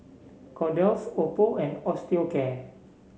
Kordel's Oppo and Osteocare